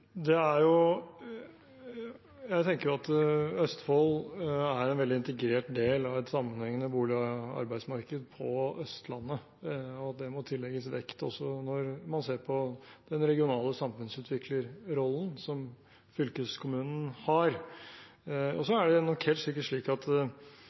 Jeg tenker at Østfold er en veldig integrert del av et sammenhengende bo- og arbeidsmarked på Østlandet, og at det må tillegges vekt, også når man ser på den regionale samfunnsutviklerrollen som fylkeskommunen har.